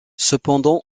cependant